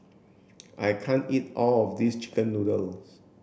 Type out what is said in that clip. I can't eat all of this chicken noodles